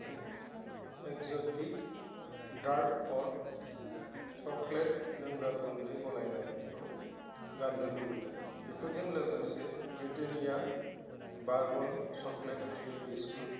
exotic dark hot chocolate लोंग्रा गुन्दै गलायनायखौ गारनो लुबैदों बेफोरजों लोगोसे Britannia bourbon chocolate cream biscuit